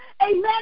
Amen